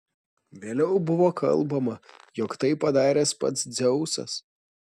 vėliau buvo kalbama jog tai padaręs pats dzeusas